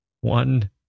one